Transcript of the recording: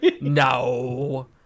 no